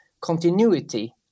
continuity